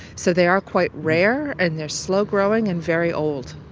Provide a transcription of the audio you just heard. so they are quite rare and they are slow growing and very old.